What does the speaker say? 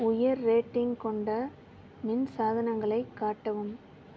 உயர் ரேட்டிங் கொண்ட மின் சாதனங்களை காட்டவும்